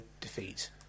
defeat